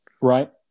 Right